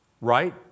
Right